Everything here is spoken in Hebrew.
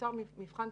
נוצר מבחן תמיכה.